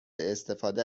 استفاده